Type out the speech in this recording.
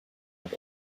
had